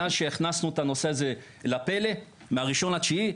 מאז שהכנסנו את הנושא הזה לפלא מה-1 לספטמבר,